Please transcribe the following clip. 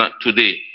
today